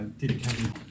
dedicated